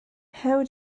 how